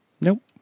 Nope